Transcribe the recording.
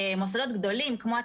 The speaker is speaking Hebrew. מוסדות גדולים כמו הטכניון,